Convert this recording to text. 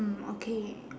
okay